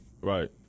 Right